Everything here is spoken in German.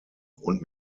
und